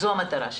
זו המטרה שלי.